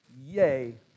Yay